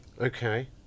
Okay